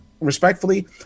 respectfully